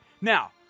Now